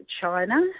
China